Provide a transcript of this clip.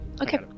okay